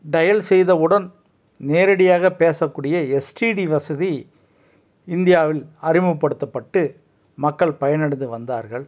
dial செய்தவுடன் நேரடியாக பேசக்கூடிய எஸ்டிடி வசதி இந்தியாவில் அறிமுகப்படுத்தப்பட்டு மக்கள் பயனடைந்து வந்தார்கள்